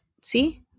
See